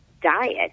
diet